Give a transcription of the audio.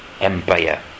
Empire